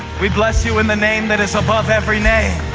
we bless you in the name that is above every name.